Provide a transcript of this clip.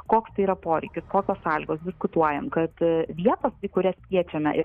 koks tai yra poreikis kokios sąlygos diskutuojam kad vietos į kurias kviečiame